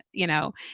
you know.